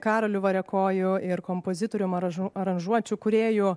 karoliu variakoju ir kompozitorium aranžuočių kūrėjų